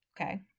Okay